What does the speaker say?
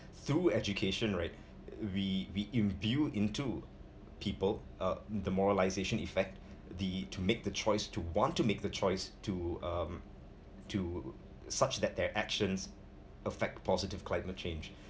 through education right we we imbue into people uh the moralization effect the to make the choice to want to make the choice to um to such that their actions affect positive climate change